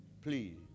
Please